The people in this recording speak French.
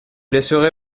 laisserez